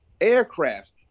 aircrafts